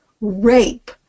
rape